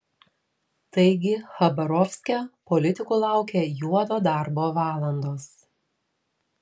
taigi chabarovske politikų laukia juodo darbo valandos